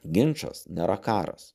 ginčas nėra karas